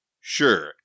Sure